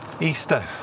Easter